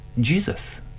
Jesus